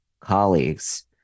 colleagues